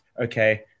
okay